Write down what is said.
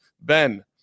Ben